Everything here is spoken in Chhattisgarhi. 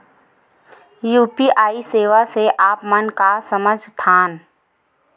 यू.पी.आई सेवा से आप मन का समझ थान?